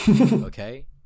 okay